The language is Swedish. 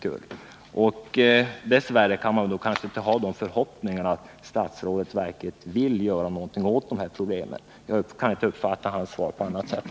Därför kan man dess värre kanske inte ha några förhoppningar om att statsrådet verkligen vill göra någoting åt problemen. Jag kan inte uppfatta hans svar på annat sätt.